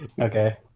okay